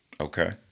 Okay